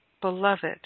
beloved